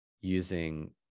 using